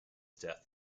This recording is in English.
death